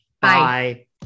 Bye